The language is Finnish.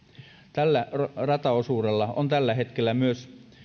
tällä rataosuudella on tällä hetkellä myös